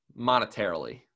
monetarily